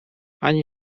ani